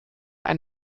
ein